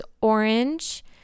orange